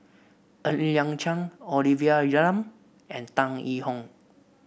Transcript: Ng Liang Chiang Olivia Lum and Tan Yee Hong